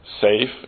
safe